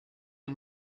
est